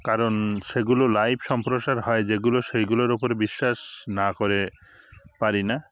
কারণ সেগুলো লাইভ সম্প্রচার হয় যেগুলো সেইগুলোর উপরে বিশ্বাস না করে পারি না